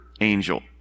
angel